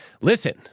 listen